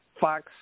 Fox